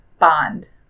Bond